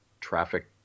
traffic